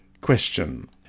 Question